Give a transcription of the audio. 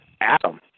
Adam